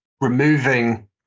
removing